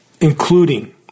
including